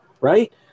right